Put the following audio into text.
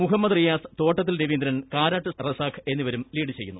മുഹമ്മദ് റിയാസ് തോട്ടത്തിൽ രവീന്ദ്രൻ കാരാട്ട് റസാഖ് എന്നിവരും ലീഡ് ചെയ്യുന്നു